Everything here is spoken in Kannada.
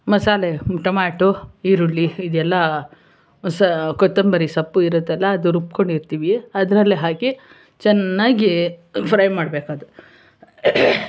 ಮಸಾಲೆ ಟೊಮ್ಯಾಟೊ ಈರುಳ್ಳಿ ಇದೆಲ್ಲ ಕೊತ್ತಂಬರಿ ಸೊಪ್ಪು ಇರುತ್ತಲ್ಲ ಅದು ರುಬ್ಕೊಂಡು ಇರ್ತೀವಿ ಅದರಲ್ಲಿ ಹಾಕಿ ಚೆನ್ನಾಗಿ ಫ್ರೈ ಮಾಡಬೇಕದು